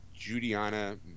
Judiana